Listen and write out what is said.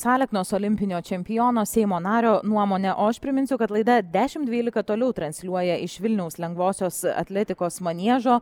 aleknos olimpinio čempiono seimo nario nuomonė o aš priminsiu kad laida dešimt dvylika toliau transliuoja iš vilniaus lengvosios atletikos maniežo